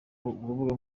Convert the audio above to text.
rubuga